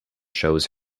shows